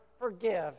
forgive